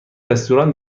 رستوران